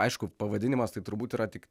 aišku pavadinimas tai turbūt yra tik